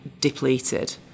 depleted